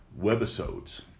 Webisodes